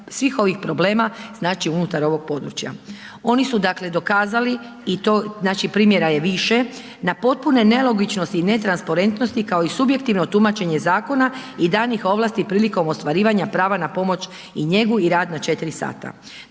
svih ovih problema, znači unutar ovog područja. Oni su dakle, dokazali i to primjera je više, na potpuno nelogičnosti i netransparentnosti, kao i subjektivno tumačenje zakona i danih ovlasti prilikom ostvarivanja prava na pomoć i njegu i rad na 4 sata.